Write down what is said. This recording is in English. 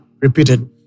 repeated